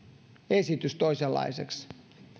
esitys sitten muuttui toisenlaiseksi